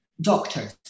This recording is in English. doctors